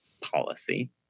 policy